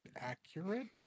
accurate